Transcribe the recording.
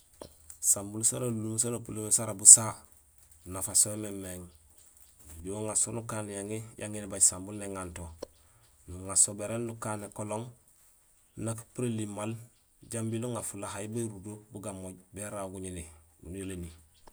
Sambuun sara alunlum saan apuréén lo mé sa busaha nafa so yoomé, nujuhé uŋaar so nukaan yaŋi sambuun néŋanto, nuŋaar bénéén nukaan ékolooŋ naak épuréén li maal jambiil uŋaar fulahaay bugamooj baraaw guŋéni